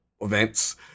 events